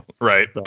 Right